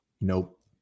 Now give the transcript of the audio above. Nope